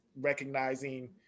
recognizing